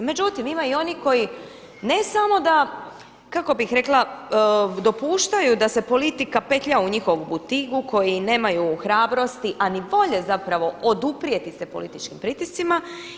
Međutim, ima i oni koji ne samo da kako bih rekla dopuštaju da se politika petlja u njihovu butiku koji nemaju hrabrosti a ni volje zapravo oduprijeti se političkim pritiscima.